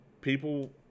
people